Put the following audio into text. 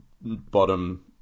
bottom